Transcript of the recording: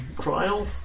trial